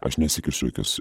aš nesikišu į jokius